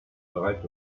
bereits